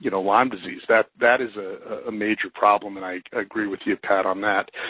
you know, lyme disease. that that is a ah major problem, and i agree with you, pat, on that.